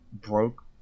broke